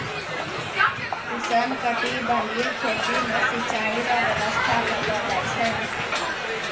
उष्णकटिबंधीय खेती मे सिचाई रो व्यवस्था करलो जाय छै